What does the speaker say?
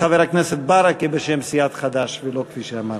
חבר הכנסת ברכה בשם סיעת חד"ש, ולא כפי שאמרתי.